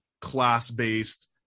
class-based